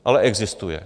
Ale existuje.